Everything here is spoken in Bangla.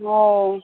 ও